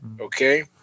Okay